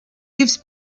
gives